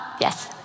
Yes